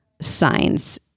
signs